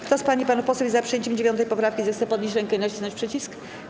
Kto z pań i panów posłów jest za przyjęciem 9. poprawki, zechce podnieść rękę i nacisnąć przycisk.